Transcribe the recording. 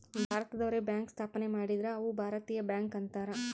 ಭಾರತದವ್ರೆ bank ಸ್ಥಾಪನೆ ಮಾಡಿದ್ರ ಅವು ಭಾರತೀಯ ಬ್ಯಾಂಕ್ ಅಂತಾರ